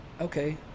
okay